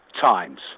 times